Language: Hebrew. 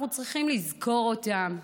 אנחנו צריכים לזכור אותם,